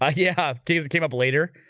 like yeah, james came up later.